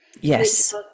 Yes